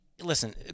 listen